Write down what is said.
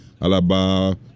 Alaba